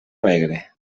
alegre